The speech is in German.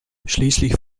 schließlich